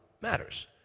matters